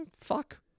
Fuck